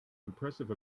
impressive